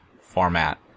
format